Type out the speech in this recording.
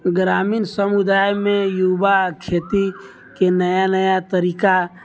ग्रामीण समुदायमे युवा खेतीके नया नया तरीका